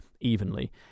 evenly